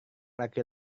laki